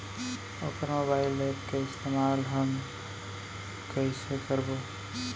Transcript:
वोकर mobile app के इस्तेमाल हमन कइसे करबो?